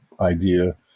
idea